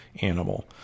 animal